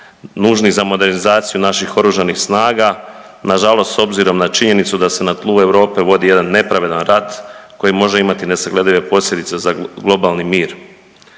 nužni za modernizaciju naših oružanih snaga, nažalost s obzirom na činjenicu da se na tlu Europe vodi jedan nepravedan rat koji može imati nesagledive posljedice za globalni mir,